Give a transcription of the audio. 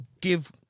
Give